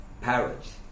parrots